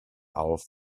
auf